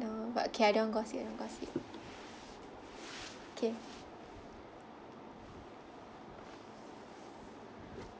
though but okay I don't gossip don't gossip okay